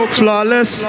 flawless